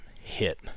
hit